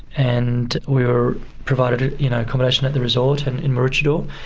and we were provided ah you know accommodation at the resort and in maroochydore.